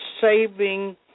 saving